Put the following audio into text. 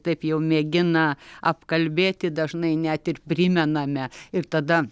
taip jau mėgina apkalbėti dažnai net ir primename ir tada